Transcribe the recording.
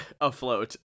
Afloat